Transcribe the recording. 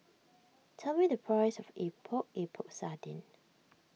tell me the price of Epok Epok Sardin